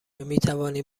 میتوانیم